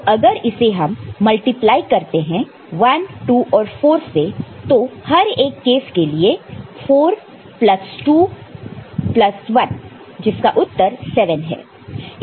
तो अगर इसे हम मल्टिप्लाई करते हैं 1 2 और 4 से तो हर एक केस के लिए 4 प्लस 2 प्लस 1 जिसका उत्तर 7 है